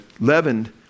leavened